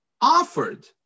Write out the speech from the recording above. offered